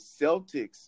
Celtics